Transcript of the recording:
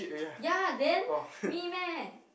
ya then me meh